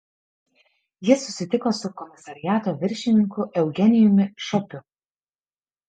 jis susitiko su komisariato viršininku eugenijumi šopiu